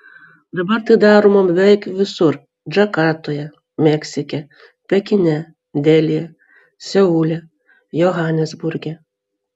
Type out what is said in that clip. dabar tai daroma beveik visur džakartoje meksike pekine delyje seule johanesburge